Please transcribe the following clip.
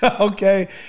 okay